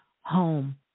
home